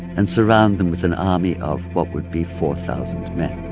and surround them with an army of what would be four thousand men